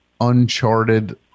uncharted